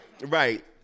Right